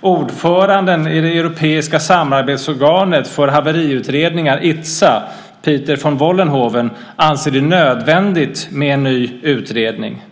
Ordföranden i det europeiska samarbetsorganet för haveriutredningar ITSA, Pieter van Vollenhoven, anser det nödvändigt med en ny utredning.